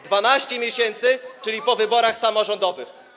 12 miesięcy, czyli po wyborach samorządowych.